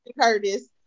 curtis